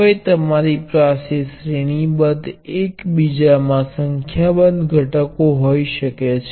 તેથી રેઝિસ્ટર ના શ્રેણી સંયોજનનો અસરકારક અવરોધ એ વ્યક્તિગત અવરોધ નો સરવાળો છે